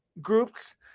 groups